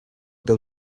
deu